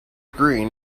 green